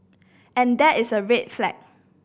and that is a red flag